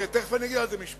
תיכף אגיד על זה משפט.